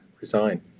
resign